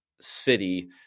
city